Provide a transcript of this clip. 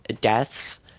deaths